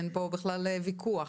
אין פה בכלל ויכוח.